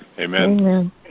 Amen